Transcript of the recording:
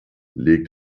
legt